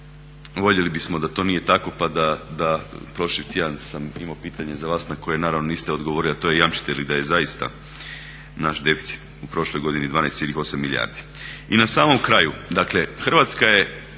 voljeli bismo da to nije tako, pa da prošli tjedan sam imao pitanje za vas na koje naravno niste odgovorili, a to je jamčite li da je zaista naš deficit u prošloj godini 12,8 milijardi. I na samom kraju, dakle Hrvatska je